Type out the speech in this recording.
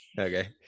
okay